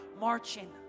marching